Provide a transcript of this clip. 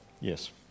Yes